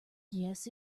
yes